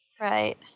Right